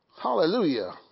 Hallelujah